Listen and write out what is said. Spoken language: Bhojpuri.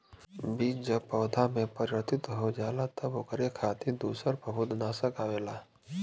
बीज जब पौधा में परिवर्तित हो जाला तब ओकरे खातिर दूसर फंफूदनाशक आवेला